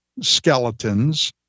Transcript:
skeletons